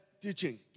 teaching